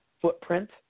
footprint